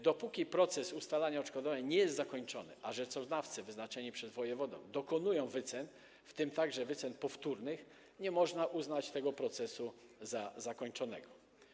Dopóki proces ustalania odszkodowań nie jest zakończony, a rzeczoznawcy wyznaczeni przez wojewodę dokonują wycen, w tym także wycen powtórnych, nie można uznać tego procesu za zakończony.